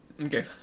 Okay